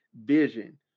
vision